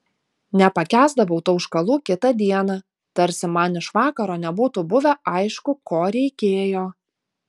nepakęsdavau tauškalų kitą dieną tarsi man iš vakaro nebūtų buvę aišku ko reikėjo